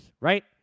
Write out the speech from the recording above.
Right